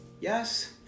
yes